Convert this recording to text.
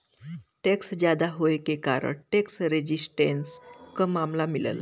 tax जादा होये के कारण टैक्स रेजिस्टेंस क मामला मिलला